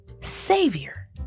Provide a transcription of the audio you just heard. Savior